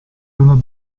una